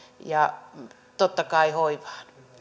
ja totta kai hoivaan